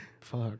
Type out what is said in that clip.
Fuck